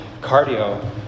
cardio